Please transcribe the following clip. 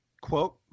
quote